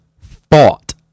Thought